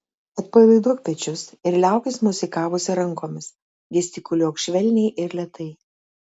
atpalaiduok pečius ir liaukis mosikavusi rankomis gestikuliuok švelniai ir lėtai